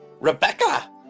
rebecca